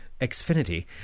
Xfinity